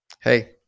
hey